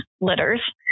litters